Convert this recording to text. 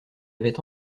avait